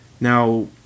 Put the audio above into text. Now